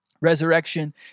Resurrection